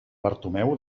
bartomeu